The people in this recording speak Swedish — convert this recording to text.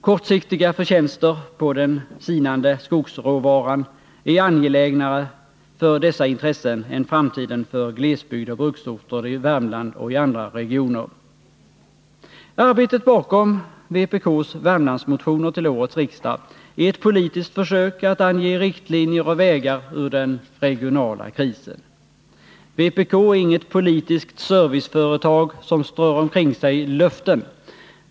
Kortsiktiga förtjänster på den sinande skogsråvaran är angelägnare för dessa intressen än framtiden för glesbygd och bruksorter i Värmland och i andra regioner. Arbetet bakom vpk:s Värmlandsmotioner till årets riksmöte är ett politiskt försök att ange riktlinjer och anvisa vägar ur den regionala krisen. Vpk är inget politiskt serviceföretag som strör omkring sig löften.